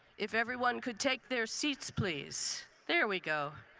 if everyone could take their seats, please. there we go.